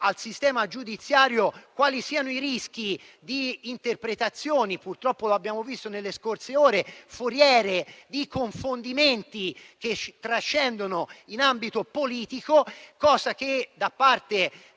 al sistema giudiziario quali siano i rischi di interpretazioni. Purtroppo lo abbiamo visto nelle scorse ore, foriere di confondimenti che trascendono in ambito politico. Per quanto